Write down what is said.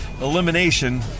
elimination